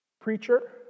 preacher